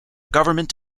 government